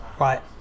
right